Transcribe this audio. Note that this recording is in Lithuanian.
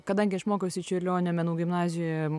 kadangi aš mokiausi čiurlionio menų gimnazijoje